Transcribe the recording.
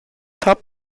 top